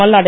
Malladi